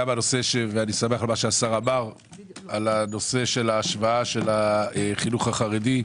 ואני שמח על מה שהשר אמר על נושא ההשוואה של החינוך החרדי.